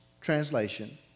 translation